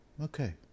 Okay